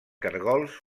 caragols